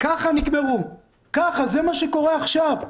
ככה נגמרו, כמו שקורה עכשיו.